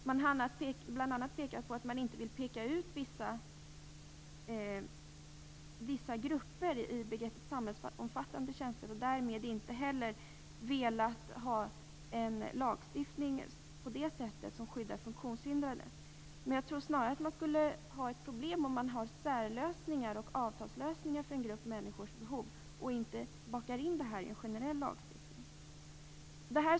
Det anförs bl.a. att man inte vill peka ut vissa grupper i begreppet samhällsomfattande tjänster och därmed inte heller velat ha en lagstiftning som skyddar funktionshindrade. Men det blir snarare problem om man har särlösningar och avtalslösningar för en grupp människor och inte bakar in detta i en generell lagstiftning.